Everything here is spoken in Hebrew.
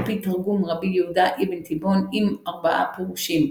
על פי תרגום רבי יהודה אבן תיבון עם ארבעה פירושים,